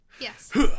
Yes